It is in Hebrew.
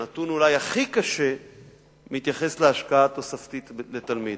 אולי הנתון הכי קשה מתייחס להשקעה תוספתית לתלמיד.